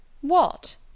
What